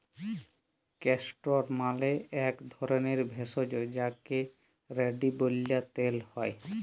castor মালে এক ধরলের ভেষজ যাকে রেড়ি ব্যলে তেল হ্যয়